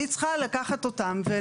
אני צריכה לקחת אותם ולחבר אותם.